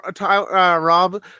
Rob